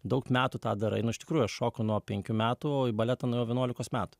daug metų tą darai nu iš tikrųjų šoku nuo penkių metų o baletą nuo vienuolikos metų